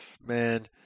Man